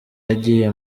yagiye